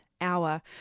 hour